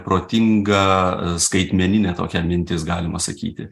protinga skaitmeninė tokia mintis galima sakyti